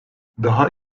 daha